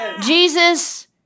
Jesus